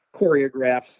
choreographs